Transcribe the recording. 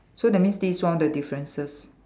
so that means this is one the differences